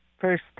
first